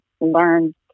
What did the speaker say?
learned